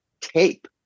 tape